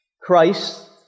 Christ